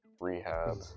rehab